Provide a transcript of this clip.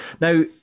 now